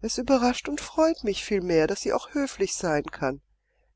es überrascht und freut mich vielmehr daß sie auch höflich sein kann